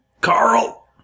Carl